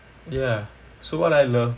ya so what I love